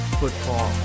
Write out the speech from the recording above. football